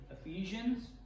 Ephesians